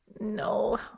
No